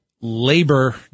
labor